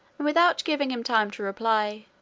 without giving him time to reply,